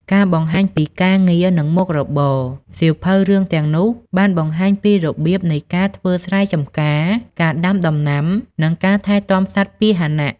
ការបង្ហាញពីការងារ និងមុខរបរសៀវភៅរឿងទាំងនោះបានបង្ហាញពីរបៀបនៃការ ធ្វើស្រែចម្ការ ការដាំដំណាំ និងការថែទាំសត្វពាហនៈ។